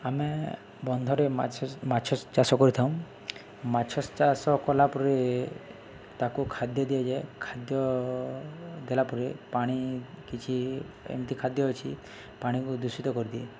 ଆମେ ବନ୍ଧରେ ମାଛ ମାଛ ଚାଷ କରିଥାଉଁ ମାଛ ଚାଷ କଲା ପରେ ତାକୁ ଖାଦ୍ୟ ଦିଆଯାଏ ଖାଦ୍ୟ ଦେଲା ପରେ ପାଣି କିଛି ଏମିତି ଖାଦ୍ୟ ଅଛି ପାଣିକୁ ଦୂଷିତ କରିଦିଏ